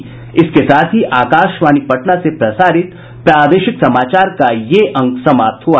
इसके साथ ही आकाशवाणी पटना से प्रसारित प्रादेशिक समाचार का ये अंक समाप्त हुआ